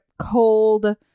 cold